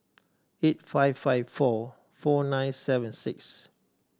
eight five five four four nine seven six